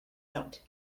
note